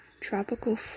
tropical